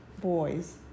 boys